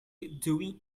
doing